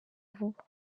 vuba